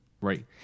Right